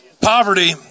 Poverty